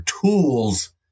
tools